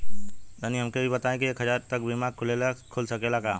तनि हमके इ बताईं की एक हजार तक क बीमा खुल सकेला का?